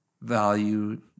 value